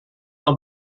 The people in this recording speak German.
noch